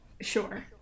Sure